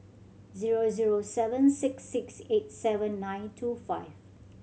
zero zero seven six six eight seven nine two five